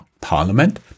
parliament